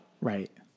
right